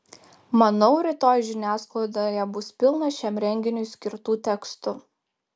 manau rytoj žiniasklaidoje bus pilna šiam renginiui skirtų tekstų